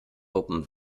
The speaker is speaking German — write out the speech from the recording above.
wuppen